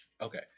Okay